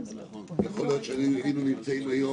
יכול להיות שהיינו נמצאים היום